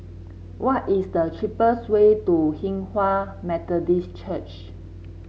what is the cheapest way to Hinghwa Methodist Church